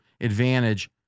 advantage